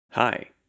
Hi